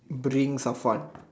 bring someone